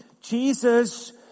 Jesus